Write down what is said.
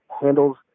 handles